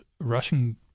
Russian